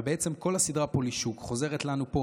ובעצם כל הסדרה פולישוק חוזרת לנו פה